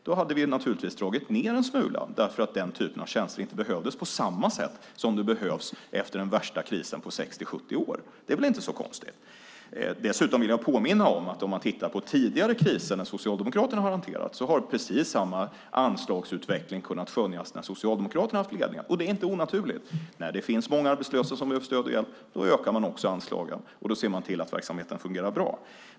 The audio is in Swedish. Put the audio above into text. Vi hade dragit ned en smula eftersom den typen av tjänster inte behövdes på samma sätt som de behövs efter den värsta krisen på 60-70 år. Det är väl inte så konstigt. Dessutom vill jag påminna om att om man tittar på tidigare kriser som Socialdemokraterna har hanterat har precis samma anslagsutveckling kunnat skönjas när Socialdemokraterna haft ledningen, och det är inte onaturligt. När det finns många arbetslösa som behöver stöd och hjälp ökar man också anslagen och ser till att verksamheten fungerar bra.